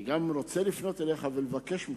אני גם רוצה לפנות אליך ולבקש ממך.